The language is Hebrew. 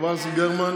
חברת הכנסת גרמן,